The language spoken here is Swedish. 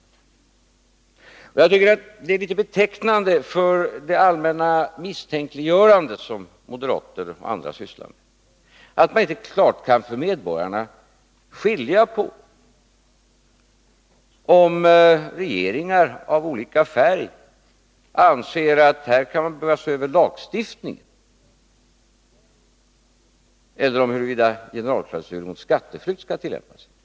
Jag tycker att det är betecknande för det allmänna misstänkliggörande som moderater och andra ägnar sig åt, att man inte klart inför medborgarna kan skilja på om regeringar av olika färg anser att här kan lagstiftningen behöva ses över, eller huruvida en generalklausul mot skatteflykt skall tillämpas.